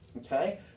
Okay